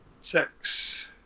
Six